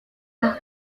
las